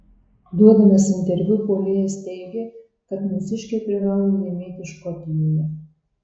duodamas interviu puolėjas teigė kad mūsiškiai privalo laimėti škotijoje